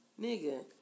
Nigga